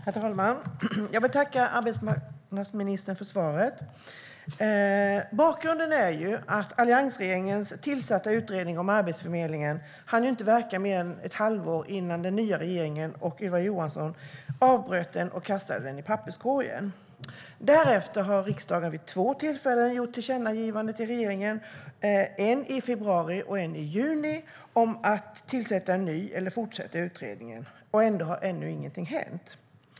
Herr talman! Jag tackar arbetsmarknadsministern för svaret. Bakgrunden är att den utredning om Arbetsförmedlingen som alliansregeringen tillsatte inte hann verka mer än ett halvår innan den nya regeringen med Ylva Johansson avbröt den och kastade den i papperskorgen. Därefter har riksdagen vid två tillfällen, i februari och i juni, gjort tillkännagivanden till regeringen om att tillsätta en ny utredning eller fortsätta utredningen. Ändå har ännu ingenting hänt.